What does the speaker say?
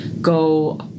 go